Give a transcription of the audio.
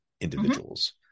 individuals